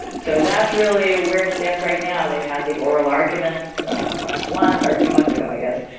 so that's really where it stands right now they've had the oral arguments last month or two months ago, i guess,